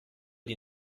die